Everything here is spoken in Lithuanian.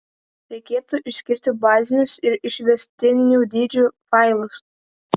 reikėtų išskirti bazinius ir išvestinių dydžių failus